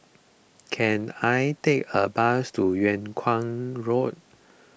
can I take a bus to Yung Kuang Road